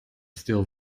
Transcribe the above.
steal